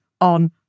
on